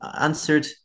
answered